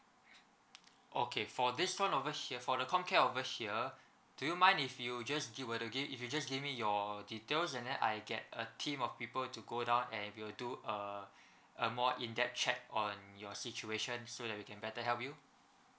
okay for this one over here for the comcare over here do you mind if you just give uh to give if you just give me your details and then I get a team of people to go down and we will do a a more in depth check on your situation so that we can better help you